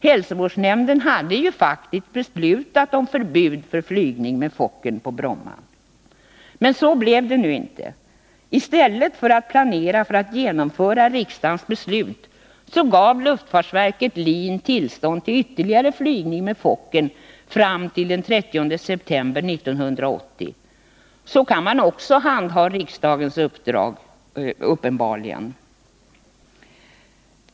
Hälsovårdsnämnden hade ju faktiskt beslutat om förbud för flygning med Fokkern på Bromma. Så blev det nu inte. I stället för att planera för att genomföra riksdagens beslut gav luftfartsverket LIN tillstånd till ytterligare flygning med Fokkern fram till den 30 september 1980. Så kan man också handha riksdagens uppdrag, uppenbarligen.